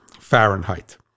Fahrenheit